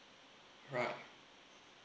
right